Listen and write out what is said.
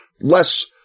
less